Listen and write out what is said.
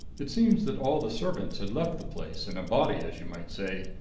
it seems that all the servants had left the place, in a body, as you might say,